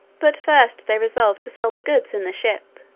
but first they resolved to sell the goods and the ship,